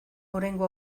oraingo